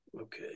okay